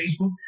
Facebook